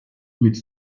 mit